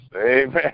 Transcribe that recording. amen